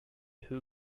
who